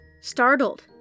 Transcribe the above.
Startled